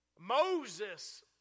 Moses